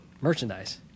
merchandise